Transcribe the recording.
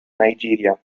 nigeria